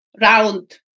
round